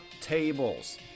tables